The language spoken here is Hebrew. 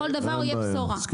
כל דבר יהיה בשורה.